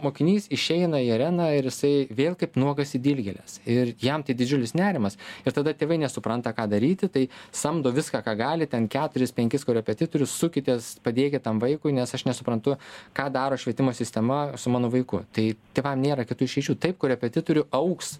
mokinys išeina į areną ir jisai vėl kaip nuogas į dilgėles ir jam tai didžiulis nerimas ir tada tėvai nesupranta ką daryti tai samdo viską ką gali ten keturis penkis korepetitorius sukitės padėkit tam vaikui nes aš nesuprantu ką daro švietimo sistema su mano vaiku tai tėvam nėra kitų išeičių taip korepetitorių augs